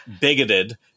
bigoted